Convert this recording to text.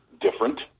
different